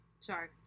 Sorry